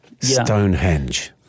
Stonehenge